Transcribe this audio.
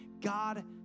God